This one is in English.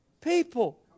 people